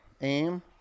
Aim